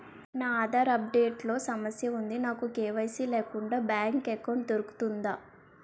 నా Aadhaar update లో సమస్య వుంది నాకు కే.వై.సీ లేకుండా బ్యాంక్ ఎకౌంట్దొ రుకుతుందా?